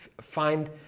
find